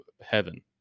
heaven